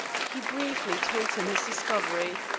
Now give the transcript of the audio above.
he briefly told him his discovery.